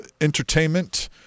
entertainment